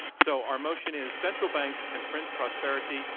so our motion is, central banks can print prosperity,